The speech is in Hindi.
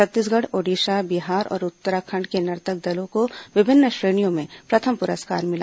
छत्तीसगढ़ ओडिशा बिहार और उत्तराखंड के नर्तक दलों को विभिन्न श्रेणियों में प्रथम प्रस्कार मिला